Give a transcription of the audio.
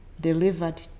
delivered